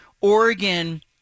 Oregon